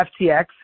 FTX